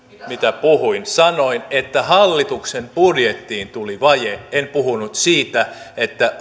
mitä puhuin sanoin että hallituksen budjettiin tuli vaje en puhunut siitä